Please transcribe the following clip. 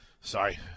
Sorry